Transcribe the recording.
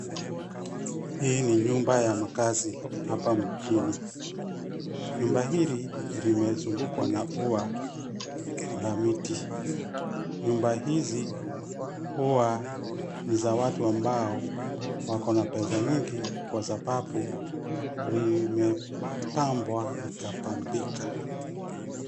Hii ni nyumba ya makaazi hapa mjini. Nyumba hili limezungukwa na ua la miti. Nyumba hizi huwa ni za watu ambao wakona pesa nyingi kwa sabau limepambwa likapambika.